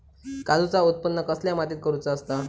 काजूचा उत्त्पन कसल्या मातीत करुचा असता?